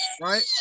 right